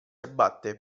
abbatte